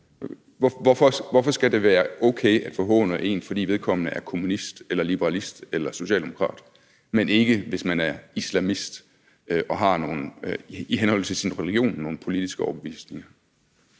Hvorfor skal det være okay at forhåne en, fordi vedkommende er kommunist eller liberalist eller socialdemokrat, men ikke, hvis man er islamist og i henhold til sin religion har nogle politiske overbevisninger?